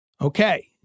Okay